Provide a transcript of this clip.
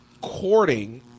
Courting